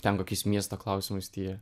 ten kokiais miesto klausimais tie